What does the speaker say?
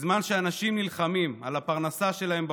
בזמן שאנשים נלחמים על הפרנסה שלהם בחוץ,